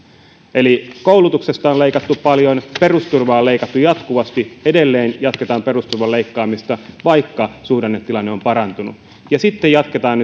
eli koulutuksesta on leikattu paljon perusturvaa on leikattu jatkuvasti ja edelleen jatketaan perusturvan leikkaamista vaikka suhdannetilanne on parantunut sitten jatketaan